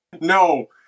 no